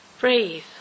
Breathe